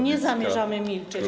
Nie zamierzamy milczeć.